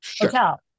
hotel